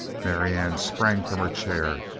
marianne sprang from her chair.